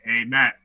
Amen